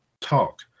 Talk